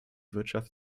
wirtschaft